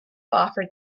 offer